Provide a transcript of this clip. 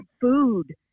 food